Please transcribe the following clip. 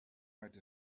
out